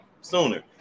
sooner